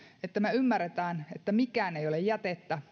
että me ymmärrämme että mikään ei ole jätettä